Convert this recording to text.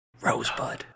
Rosebud